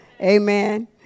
Amen